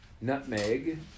nutmeg